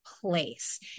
place